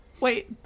Wait